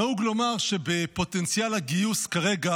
נהוג לומר שבפוטנציאל הגיוס כרגע,